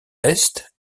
est